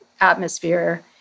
atmosphere